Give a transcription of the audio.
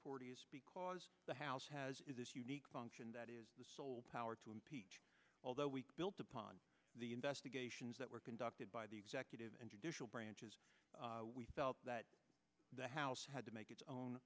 of because the house has this unique function that is the sole power to and although we built upon the investigations that were conducted by the executive and judicial branches we felt that the house had to make its own